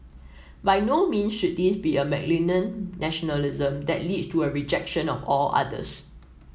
by no mean should this be a malignant nationalism that leads to a rejection of all others